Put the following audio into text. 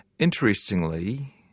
Interestingly